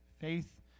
faith